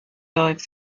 dive